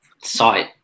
sight